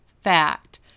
fact